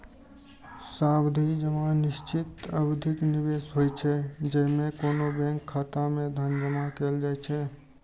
सावधि जमा निश्चित अवधिक निवेश होइ छै, जेइमे कोनो बैंक खाता मे धन जमा कैल जाइ छै